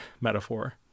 metaphor